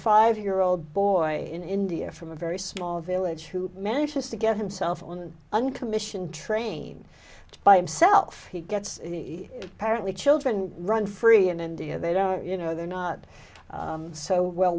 five year old boy in india from a very small village who manages to get himself on the un commission train by himself he gets apparently children run free in india they don't you know they're not so well